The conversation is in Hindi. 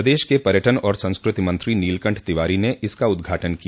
प्रदेश के पर्यटन और संस्कृति मंत्री नीलकंठ तिवारी ने इसका उद्घाटन किया